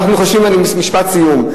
משפט סיום.